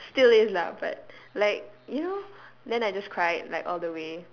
still is lah but like you know then I just cried like all the way